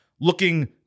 looking